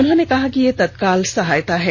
उन्होंने कहा कि यह तत्काल सहायता है